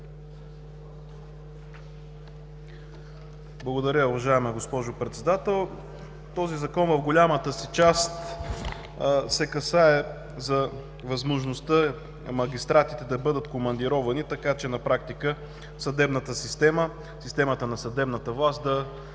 Благодаря, уважаема госпожо Председател. Този Закон в голямата си част касае възможността магистратите да бъдат командировани, така че на практика системата на съдебната власт да